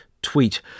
tweet